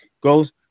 goes